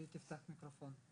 התקנות.